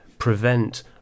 Prevent